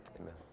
Amen